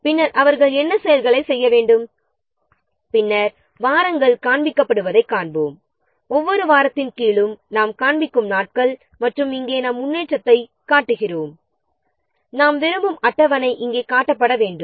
பின்னர் அவர்கள் என்ன செயல்களைச் செய்ய வேண்டும் பின்னர் வாரங்கள் காண்பிக்கப்படுவதைக் காண்கிறோம் ஒவ்வொரு வாரத்தின் கீழும் நாம் காண்பிக்கும் நாட்கள் மற்றும் இங்கே நாம் முன்னேற்றத்தைக் காட்டுகிறோம் நாம் விரும்பும் அட்டவணை இங்கே காட்டப்பட வேண்டும்